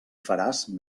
faràs